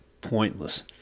pointless